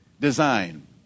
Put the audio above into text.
design